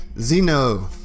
Zeno